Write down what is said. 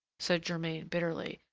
said germain bitterly.